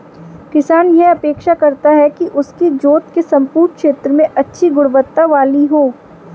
किसान यह अपेक्षा करता है कि उसकी जोत के सम्पूर्ण क्षेत्र में अच्छी गुणवत्ता वाली हो